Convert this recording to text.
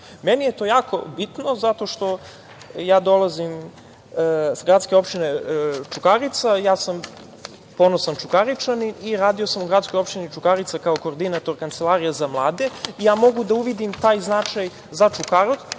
je to jako bitno zato što dolazim iz gradske opštine Čukarica, ponosan sam Čukaričanin i radio sam u gradskoj opštini Čukarica kao koordinator Kancelarije za mlade. Mogu da uvidim taj značaj za Čukaricu,